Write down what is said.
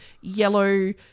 yellow